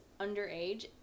underage